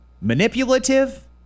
manipulative